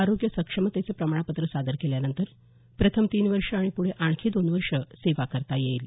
आरोग्य सक्षमतेचं प्रमाणपत्र सादर केल्यानंतर प्रथम तीन वर्ष आणि पुढे आणखी दोन वर्ष सेवा करता येईल